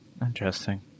interesting